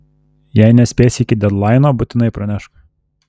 jei nespėsi iki dedlaino būtinai pranešk